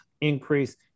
increase